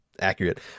accurate